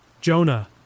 Jonah